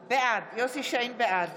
שיין, בעד